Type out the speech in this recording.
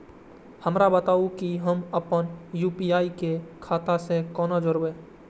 हमरा बताबु की हम आपन यू.पी.आई के खाता से कोना जोरबै?